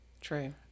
True